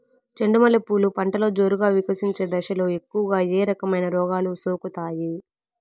చెండు మల్లె పూలు పంటలో జోరుగా వికసించే దశలో ఎక్కువగా ఏ రకమైన రోగాలు సోకుతాయి?